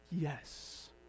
Yes